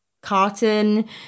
Carton